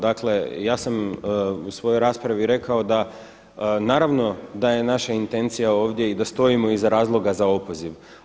Dakle, ja sam u svojoj raspravi rekao da naravno da je naša intencija ovdje i da stojimo iza razloga za opoziv.